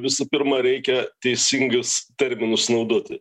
visų pirma reikia teisingus terminus naudoti